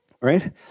right